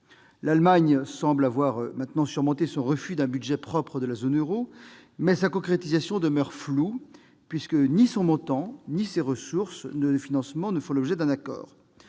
L'Allemagne semble avoir surmonté son refus d'un budget propre de la zone euro, mais sa concrétisation demeure floue, puisque ni son montant ni ses sources de financement n'ont fait l'objet d'un accord.